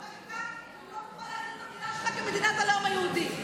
אתה לא יכול לעשות את זה בחקיקה, כי, השתכנעתי.